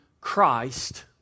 Christ